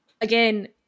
again